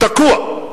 תקוע.